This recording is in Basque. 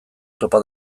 topa